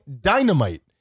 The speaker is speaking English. dynamite